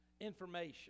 information